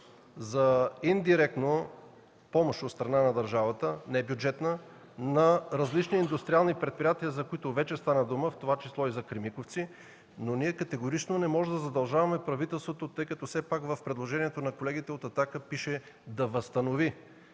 за индиректна помощ от страна на държавата, не бюджетна, на различни индустриални предприятия, за които вече стана дума, в това число и за „Кремиковци”. Но категорично не можем да задължаваме правителството, тъй като все пак в предложението на колегите от „Атака” пише „да възстанови”,